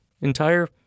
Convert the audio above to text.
entire